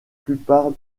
plupart